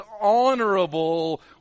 honorable